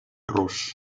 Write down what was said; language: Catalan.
rus